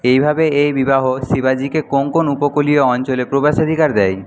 এইভাবে এই বিবাহ শিবাজিকে কোঙ্কণ উপকূলীয় অঞ্চলে প্রবেশাধিকার দেয়